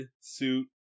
suit